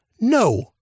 no